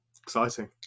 Exciting